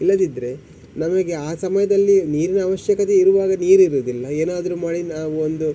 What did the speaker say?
ಇಲ್ಲದಿದ್ದರೆ ನಮಗೆ ಆ ಸಮಯದಲ್ಲಿ ನೀರಿನ ಅವಶ್ಯಕತೆ ಇರುವಾಗ ನೀರು ಇರುವುದಿಲ್ಲ ಏನಾದರೂ ಮಾಡಿ ನಾವು ಒಂದು